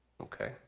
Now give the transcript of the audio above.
Okay